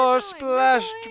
splashed